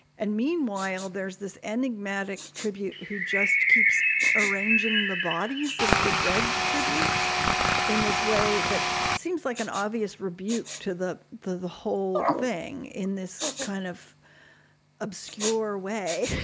and meanwhile, there's this ending matic tribute who just keeps arranging the bodies of the dead tributes in this way. that seems like an obvious rebuke to the the the whole thing in this kind of obscure way.